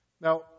Now